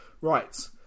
Right